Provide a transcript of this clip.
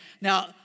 now